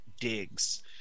digs